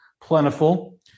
plentiful